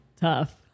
Tough